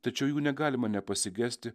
tačiau jų negalima nepasigesti